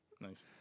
Nice